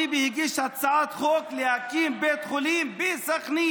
בשנת 2004 אחמד טיבי הגיש הצעת חוק להקים בית חולים בסח'נין.